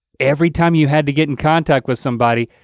every time you had to get in contact with somebody,